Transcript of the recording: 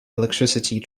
electricity